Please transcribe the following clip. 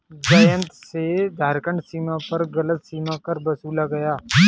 जयंत से झारखंड सीमा पर गलत सीमा कर वसूला गया